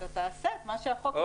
אתה תעשה את מה שהחוק יגיד.